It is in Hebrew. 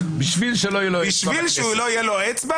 בשביל שלא תהיה לו אצבע,